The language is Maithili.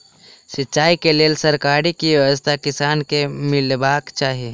सिंचाई केँ लेल सरकारी की व्यवस्था किसान केँ मीलबाक चाहि?